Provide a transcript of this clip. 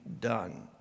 done